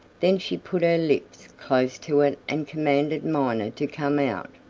then she put her lips close to it and commanded miner to come out.